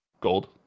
gold